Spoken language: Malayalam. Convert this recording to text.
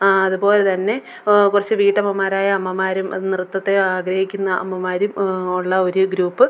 അതുപോലെ തന്നെ കുറച്ച് വീട്ടമ്മമാരായ അമ്മമാരും നൃത്തത്തെ ആഗ്രഹിക്കുന്ന അമ്മമാരും ഉള്ള ഒരു ഗ്രൂപ്പ്